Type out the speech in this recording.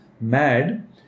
mad